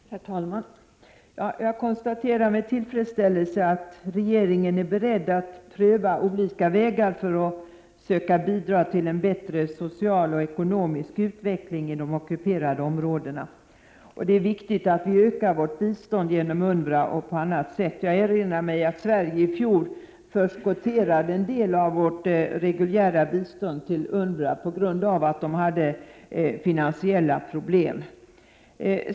Herr talman! Jag konstaterar med tillfredsställelse att regeringen är beredd att pröva olika vägar för att söka bidra till en bättre social och ekonomisk utveckling i de ockuperade områdena. Det är viktigt att vi ökar vårt bistånd genom UNRWA och på annat sätt. Jag erinrar om att Sverige i fjol förskotterade en del av vårt reguljära bidrag till UNRWA på grund av att organisationen hade finansiella problem.